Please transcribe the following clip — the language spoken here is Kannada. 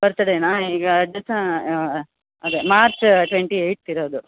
ಬರ್ತಡೇನಾ ಈಗ ಅದೇ ಮಾರ್ಚ್ ಟ್ವೆಂಟಿ ಏಯ್ತ್ ಇರೋದು